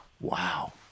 Wow